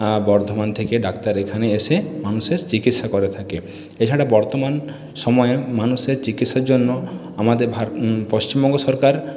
বর্ধমান থেকে ডাক্তার এখানে এসে চিকিৎসা করে থাকে এছাড়া বর্তমান সময়ে মানুষের চিকিৎসার জন্য আমাদের পশ্চিমবঙ্গ সরকার